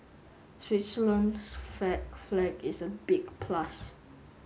Switzerland's flag flag is a big plus